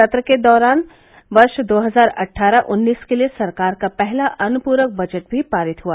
सत्र के दौरान वर्ष दो हजार अट्ठारह उन्नीस के लिये सरकार का पहला अनुप्रक बजट भी पारित हुआ